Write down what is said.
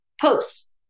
posts